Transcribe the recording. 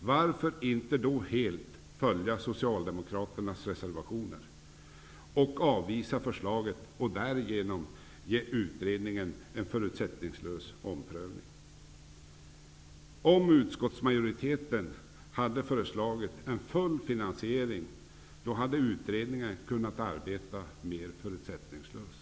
varför då inte helt följa Socialdemokraternas reservationer och avvisa förslaget och därigenom ge utredningen en förutsättningslös omprövning? Om utskottsmajoriteten hade föreslagit en fullvärdig finansiering, hade utredningen kunnat arbeta mer förutsättningslöst.